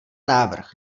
návrh